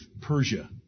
Persia